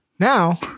Now